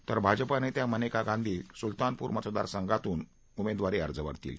तर भाजपानेत्या मनेका गांधी सुलतानपूर मतदारसंघातून उमेदवारी अर्ज भरतील